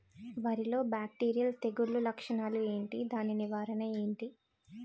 వరి లో బ్యాక్టీరియల్ తెగులు లక్షణాలు ఏంటి? దాని నివారణ ఏంటి?